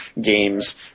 games